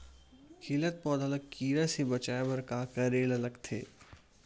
खिलत पौधा ल कीरा से बचाय बर का करेला लगथे?